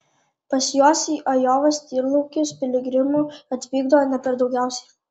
pas juos į ajovos tyrlaukius piligrimų atvykdavo ne per daugiausiai